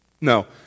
No